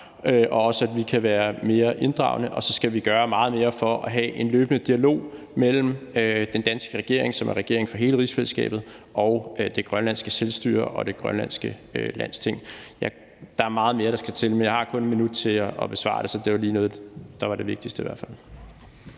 også kan være mere inddragende. Så skal vi også gøre meget mere for at have en løbende dialog mellem den danske regering, som er regering for hele rigsfællesskabet, og det grønlandske selvstyre og det grønlandske Landsting. Ja, der er meget mere, der skal til, men jeg har kun 1 minut til at besvare spørgsmålet. Så det var i hvert fald